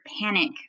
panic